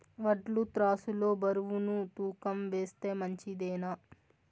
వడ్లు త్రాసు లో బరువును తూకం వేస్తే మంచిదేనా?